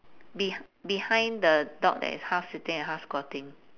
beh~ behind the dog that is half sitting and half squatting